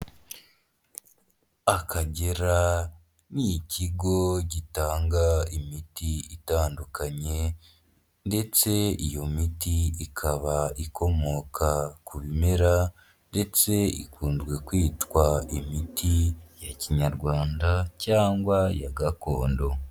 Akagera n'ikigo gitanga imiti itandukanye ndetse iyo miti ikaba ikomoka ku bimera ndetse ikunzwe kwitwa imiti ya kinyarwanda cyangwa ya gakondo.